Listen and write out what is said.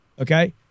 Okay